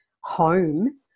home